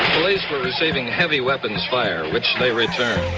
police were receiving heavy weapons fire, which they returned.